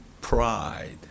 pride